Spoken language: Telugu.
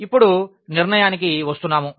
ఇప్పుడు ఒక నిర్ణయానికి వస్తున్నాము